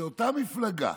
שאותה מפלגה,